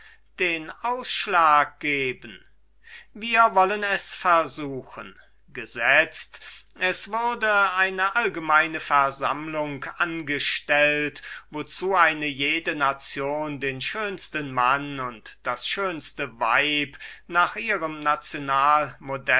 den ausschlag geben wir wollen es versuchen gesetzt es würde eine allgemeine versammlung angestellt wozu eine jede nation den schönsten mann und das schönste weib nach ihrem